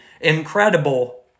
incredible